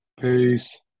Peace